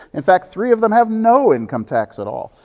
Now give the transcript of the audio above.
in fact, three of them have no income tax at all.